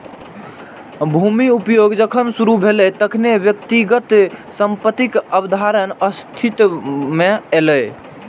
भूमिक उपयोग जखन शुरू भेलै, तखने व्यक्तिगत संपत्तिक अवधारणा अस्तित्व मे एलै